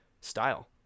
style